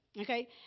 okay